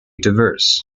diverse